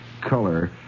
color